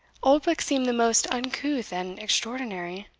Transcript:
oldbuck seemed the most uncouth and extraordinary